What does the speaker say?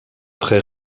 très